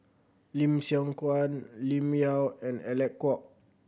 Lim Siong Guan Lim Yau and Alec Kuok